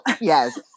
Yes